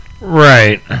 Right